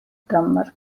drummer